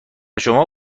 شما